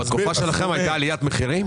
בתקופה שלכם הייתה עליית מחירים?